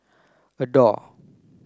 adore